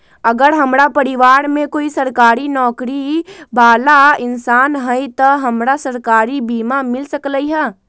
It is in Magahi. अगर हमरा परिवार में कोई सरकारी नौकरी बाला इंसान हई त हमरा सरकारी बीमा मिल सकलई ह?